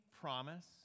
promise